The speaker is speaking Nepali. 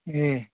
ए